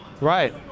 Right